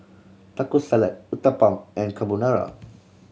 Taco Salad Uthapam and Carbonara